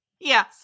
Yes